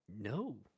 No